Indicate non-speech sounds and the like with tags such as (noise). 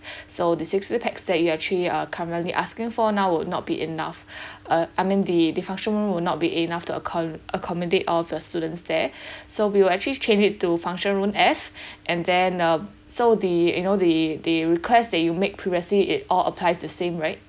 (breath) so the sixty pax that you actually uh currently asking for now would not be enough (breath) uh I mean the the function room will not be enough to acco~ accommodate all of the students there (breath) so we will actually change it to function room F (breath) and then uh so the you know the the request that you make previously it all applies the same right